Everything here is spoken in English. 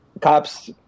cops